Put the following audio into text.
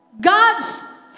God's